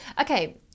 okay